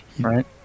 Right